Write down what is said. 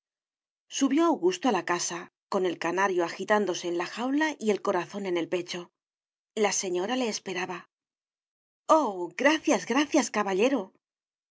subió augusto a la casa con el canario agitándose en la jaula y el corazón en el pecho la señora le esperaba oh gracias gracias caballero